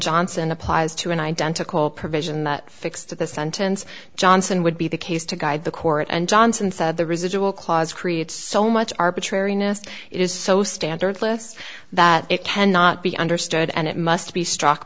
johnson applies to an identical provision that fixed the sentence johnson would be the case to guide the court and johnson said the residual clause creates so much arbitrariness it is so standardless that it cannot be understood and it must be struck